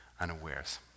unawares